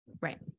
right